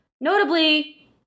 notably